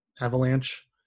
Avalanche